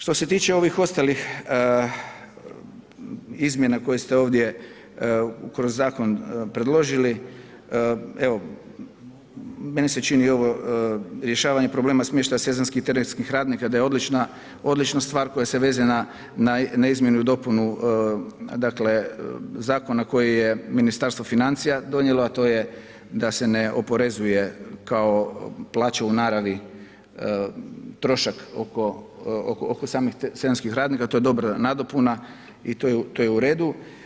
Što se tiče ovih ostalih izmjena koje ste ovdje kroz zakon predložili, evo, meni se čini, ovo rješavanje problema smještaja sezonskih terenskih radnika, da je odlična stvar, koja se veže na izmjenu ili dopunu zakona koje je Ministarstvo financija donijelo, a to je da se ne oporezuje kao plaća u naravi trošak oko samih sezonskih radnika, to je dobra nadopuna i to je u redu.